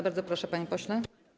Bardzo proszę, panie pośle.